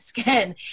skin